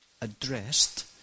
addressed